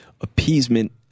appeasement